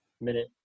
minute